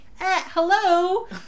hello